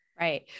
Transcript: Right